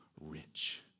rich